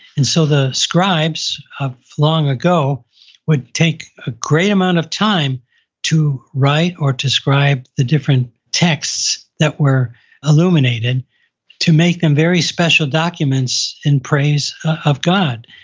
and so the scribes of long ago would take a great amount of time to write or to scribe the different texts that were illuminated to make them very special documents in praise of god.